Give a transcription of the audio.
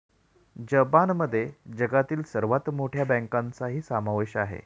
जपानमध्ये जगातील सर्वात मोठ्या बँकांचाही समावेश आहे